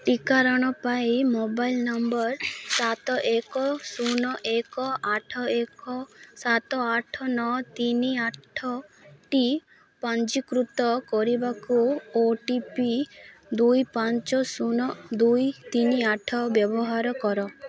ଟିକାକରଣ ପାଇଁ mobile number ସାତ ଏକ ଶୂନ ଏକ ଆଠ ଏକ ସାତ ଆଠ ନଅ ତିନି ଆଠଟି ପଞ୍ଜୀକୃତ କରିବାକୁ ଓ ଟି ପି ଦୁଇ ପାଞ୍ଚ ଶୂନ ଦୁଇ ତିନି ଆଠ ବ୍ୟବହାର କର